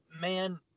man